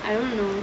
I don't know